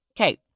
Okay